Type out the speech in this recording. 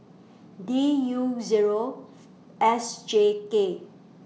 D U Zero S J K